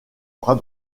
bras